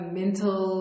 mental